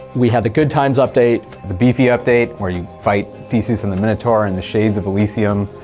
we had the good times update. the beefy update, where you fight theseus and the minotaur, and the shades of elysium.